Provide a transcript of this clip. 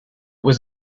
was